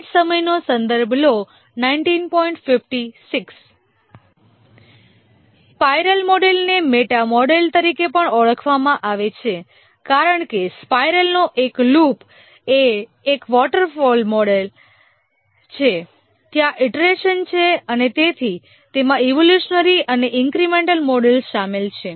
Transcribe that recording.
spiral મોડેલને meta model તરીકે પણ ઓળખવામાં આવે છે કારણ કે સ્પાઇરલનો એક લૂપ એ એક વોટરફોલ મોડેલ છે ત્યાં ઇટરેશનો છે અને તેથી તેમાં ઈવોલ્યુશનરી અને ઈન્ક્રિમેન્ટલ મોડેલ શામેલ છે